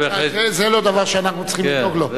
זה לא דבר שאנחנו צריכים לדאוג לו.